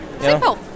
Simple